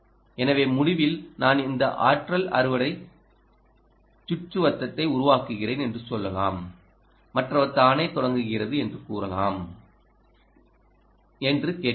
எனவே முடிவில் நான் இந்த ஆற்றல் அறுவடை சுற்றுவட்டத்தை உருவாக்குகிறேன் என்று சொல்லலாம் மற்றவர் தானே தொடங்குகிறது என்று கூறலாம் என்று கேட்கலாம்